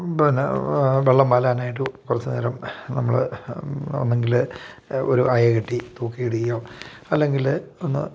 പിന്നെ വെള്ളം മലാനായിട്ട് കുറച്ചു നേരം നമ്മൾ ഒന്നെങ്കിൽ ഒരു അയ കെട്ടി തൂക്കി ഇടുകയോ അല്ലെങ്കിൽ ഒന്ന്